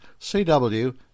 CW